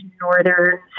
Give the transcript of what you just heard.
Northern